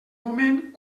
moment